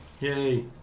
yay